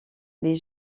les